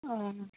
অঁ